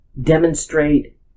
demonstrate